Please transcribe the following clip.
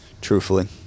truthfully